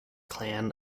clan